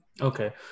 okay